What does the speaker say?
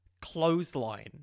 clothesline